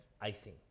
icing